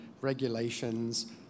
regulations